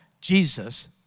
Jesus